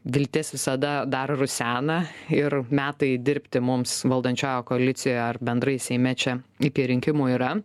viltis visada dar rusena ir metai dirbti mums valdančiojoje koalicijoje ar bendrai seime čia iki rinkimų yra